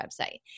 website